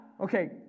okay